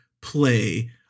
play